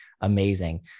amazing